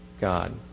God